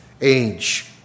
Age